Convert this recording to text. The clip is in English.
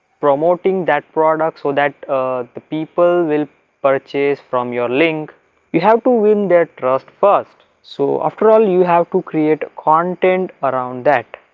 promoting that product so that the people will purchase from your link you have to win their trust first. so after all you have to create content around that.